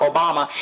Obama